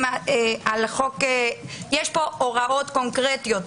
יש פה הוראות קונקרטיות.